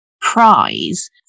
prize